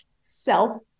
self